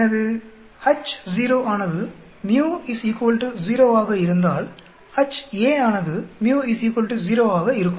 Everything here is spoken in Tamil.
எனது H0 ஆனது µ 0 ஆக இருந்தால் Ha ஆனது µ 0 ஆக இருக்கும்